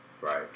right